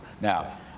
Now